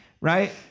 right